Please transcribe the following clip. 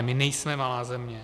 My nejsme malá země.